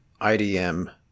IDM